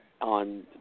on